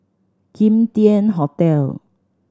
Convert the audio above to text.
Kim Tian Hotel